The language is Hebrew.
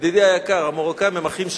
ידידי היקר, המרוקאים הם אחים שלי.